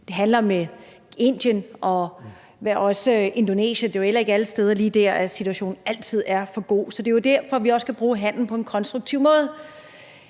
Vi handler jo også med Indien og Indonesien, og lige dér er det jo ikke alle steder, situationen altid er for god. Det er jo derfor, vi også kan bruge handel på en konstruktiv måde.